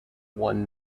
one